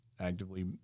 actively